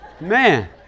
Man